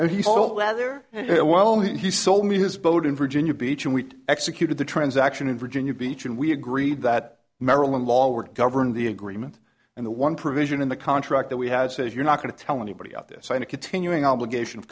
and well he sold me his boat in virginia beach and we executed the transaction in virginia beach and we agreed that maryland law would govern the agreement and the one provision in the contract that we had says you're not going to tell anybody about this in a continuing obligation of